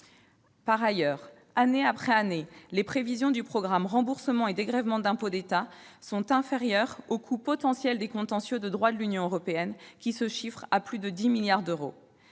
Par ailleurs, année après année, les prévisions du programme 200, « Remboursements et dégrèvements d'impôts d'État », demeurent inférieures aux coûts potentiels des contentieux de droit de l'Union européenne, lesquels se chiffrent à plus de 10 milliards d'euros.